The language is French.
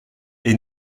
est